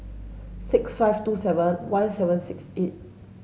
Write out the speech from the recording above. six five two seven one seven six eight